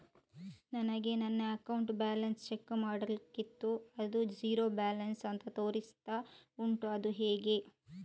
ನನಗೆ ನನ್ನ account balance check ಮಾಡ್ಲಿಕ್ಕಿತ್ತು ಅದು ಝೀರೋ ಬ್ಯಾಲೆನ್ಸ್ ಅಂತ ತೋರಿಸ್ತಾ ಉಂಟು ಅದು ಹೇಗೆ?